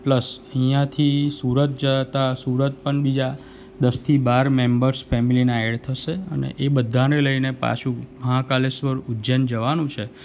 plus અહીંયાથી સુરત જતાં સુરત પણ બીજા દસથી બાર મેમ્બર્સ ફેમિલીના એડ થશે અને એ બધાને લઈને પાછું મહાકાલેશ્વર ઉજ્જૈન જવાનું છે